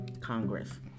Congress